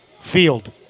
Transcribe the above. field